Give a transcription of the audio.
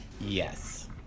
yes